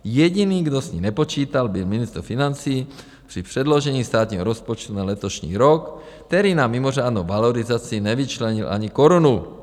Jediný, kdo s ní nepočítal, byl ministr financí při předložení státního rozpočtu na letošní rok, který na mimořádnou valorizaci nevyčlenil ani korunu.